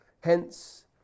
Hence